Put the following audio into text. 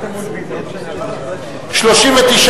סיעת מרצ לסעיף 46 לא נתקבלה.